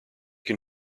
can